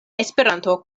esperanto